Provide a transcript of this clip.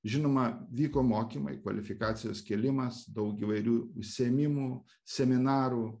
žinoma vyko mokymai kvalifikacijos kėlimas daug įvairių užsiėmimų seminarų